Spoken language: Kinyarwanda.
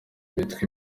bitwa